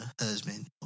husband